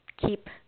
keep